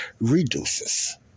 reduces